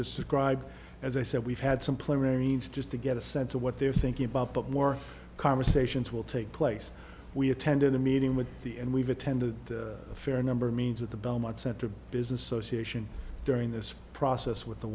described as i said we've had simpler airiness just to get a sense of what they're thinking about but more conversations will take place we attended the meeting with the and we've attended a fair number means with the belmont center business association during this process with the